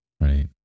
Right